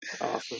Awesome